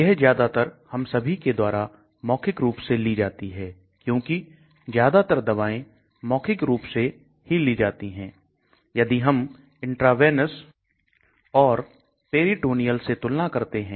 यह ज्यादातर हम सभी के द्वारा मौखिक रूप से ली जाती हैं क्योंकी ज्यादातर दवाएं मौखिक रूप से ही ली जाती हैं यदि हम इंट्रावेनस और पेरिटोनियल से तुलना करते हैं